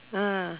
ah